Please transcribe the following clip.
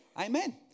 Amen